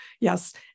yes